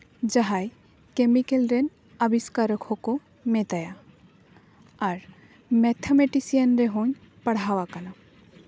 ᱡᱟᱦᱟᱸᱭ ᱠᱮᱢᱤᱠᱮᱞ ᱨᱮᱱ ᱟᱵᱤᱥᱠᱟᱨᱚᱠ ᱦᱚᱸᱠᱚ ᱢᱮᱛᱟᱭᱟ ᱟᱨ ᱢᱮᱛᱷᱟᱢᱮᱴᱤᱥᱤᱭᱟᱱ ᱨᱮᱦᱚᱸᱧ ᱯᱟᱲᱦᱟᱣ ᱟᱠᱟᱱᱟ